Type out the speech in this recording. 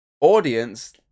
audience